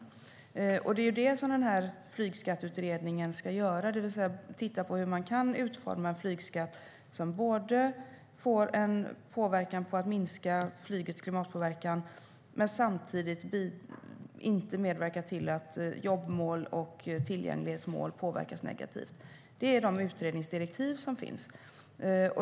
Det är det som flygskatteutredningen ska göra - den ska titta på hur man kan utforma en flygskatt som får påverkan på att minska flygets klimatpåverkan men inte medverkar till att jobbmål eller tillgänglighetsmål påverkas negativt. Det är de utredningsdirektiv som finns.